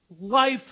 Life